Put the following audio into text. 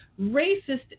racist